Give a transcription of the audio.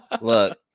Look